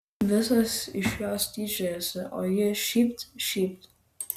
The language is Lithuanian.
visos iš jos tyčiojasi o ji šypt šypt